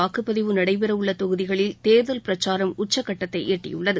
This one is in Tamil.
வாக்குப்பதிவு நடைபெறவுள்ள தொகுதிகளில் தேர்தல் பிரச்சாரம் உச்சகட்டத்தை எட்டியுள்ளது